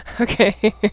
Okay